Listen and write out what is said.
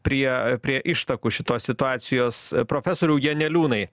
prie prie ištakų šitos situacijos profesoriau janeliūnai